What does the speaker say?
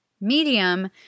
Medium